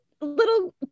little